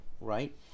right